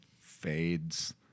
fades